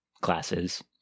classes